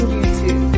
YouTube